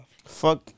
Fuck